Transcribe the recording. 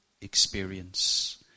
experience